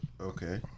Okay